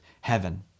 heaven